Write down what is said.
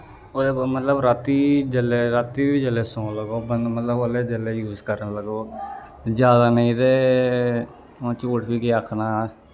ओह्दे बाद मतलब रातीं जेल्लै रातीं बी जेल्लै सौन लग्गो बंदा मतलब उसलै यूज करना जादा नेईं ते हून झूठ बी केह् आखना ऐ